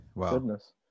Goodness